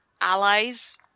allies